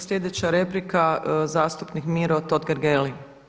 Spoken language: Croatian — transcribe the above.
Sljedeća replika zastupnik Miro Totgergeli.